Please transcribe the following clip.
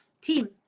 team